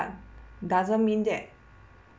doesn't mean that